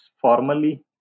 formally